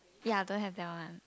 ya don't have that one